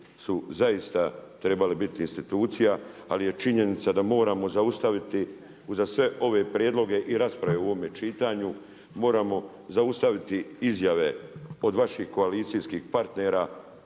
su zaista trebali biti institucija ali je činjenica da moramo zaustaviti za sve ove prijedloge i rasprave u ovome čitanju, moramo zaustaviti izjave od vaših koalicijskih partnera,